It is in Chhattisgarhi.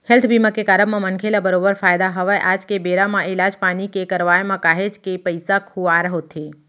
हेल्थ बीमा के कारब म मनखे ल बरोबर फायदा हवय आज के बेरा म इलाज पानी के करवाय म काहेच के पइसा खुवार होथे